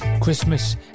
christmas